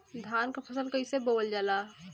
धान क फसल कईसे बोवल जाला?